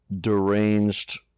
deranged